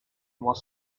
was